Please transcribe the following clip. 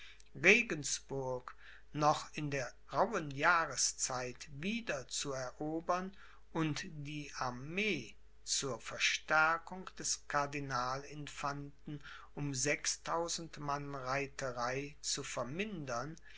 regensburg noch in der rauhen jahreszeit wieder zu erobern und die armee zur verstärkung des cardinal infanten um sechstausend mann reiterei zu vermindern